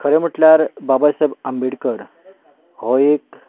खरें म्हणल्यार बाबासायब आंबेडकर हो एक